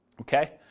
Okay